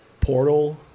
portal